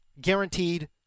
guaranteed